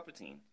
Palpatine